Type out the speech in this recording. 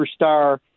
superstar